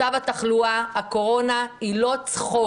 מצב התחלואה, הקורונה היא לא צחוק.